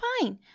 fine